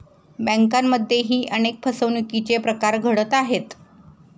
बँकांमध्येही अनेक फसवणुकीचे प्रकार घडत आहेत